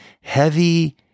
heavy